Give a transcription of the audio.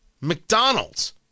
McDonald's